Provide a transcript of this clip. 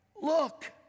look